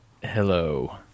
Hello